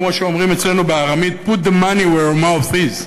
כמו שאומרים אצלנו בארמית: Put the money where your mouth is.